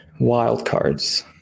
wildcards